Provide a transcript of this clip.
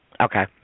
Okay